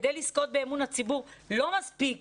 כדי לזכות באמון הציבור לא מספיק